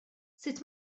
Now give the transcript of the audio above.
sut